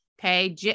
Okay